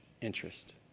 interest